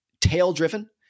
tail-driven